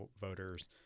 voters